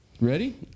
Ready